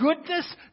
goodness